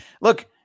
look